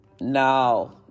No